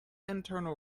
internal